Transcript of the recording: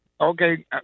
Okay